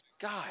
God